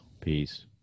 Peace